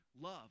love